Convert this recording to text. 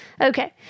Okay